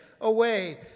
away